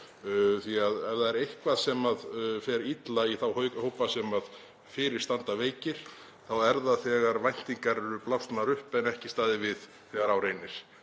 Því að ef það er eitthvað sem fer illa í þá hópa sem fyrir standa veikir þá er það þegar væntingar eru blásnar upp en ekki staðið við þegar á reynir.